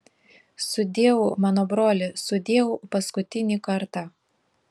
sudieu mano broli sudieu paskutinį kartą